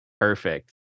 Perfect